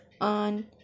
on